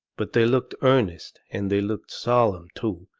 but they looked earnest and they looked sollum, too,